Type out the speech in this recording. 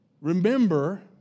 remember